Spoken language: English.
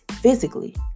physically